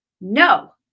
no